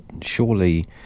surely